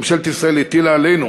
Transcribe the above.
ממשלת ישראל הטילה עלינו